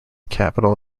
capital